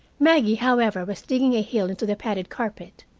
maggie, however, was digging a heel into the padded carpet.